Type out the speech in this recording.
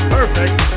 Perfect